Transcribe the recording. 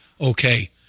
Okay